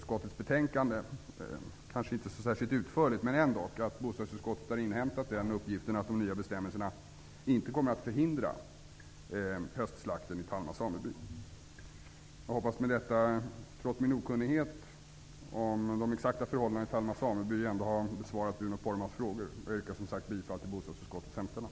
kanske inte särskilt utförligt, men ändock -- att bostadsutskottet har inhämtat den uppgiften att de nya bestämmelserna inte kommer att förhindra höstslakten i Talma sameby. Jag hoppas att jag, trots min okunnighet om de exakta förhållandena i Talma sameby, med detta har besvarat Bruno Poromaas frågor. Jag yrkar alltså bifall till bostadsutskottets hemställan.